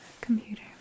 computer